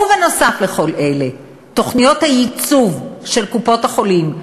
ונוסף על כל אלה, תוכניות הייצוב של קופות-החולים,